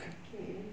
okay